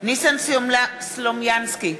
ניסן סלומינסקי,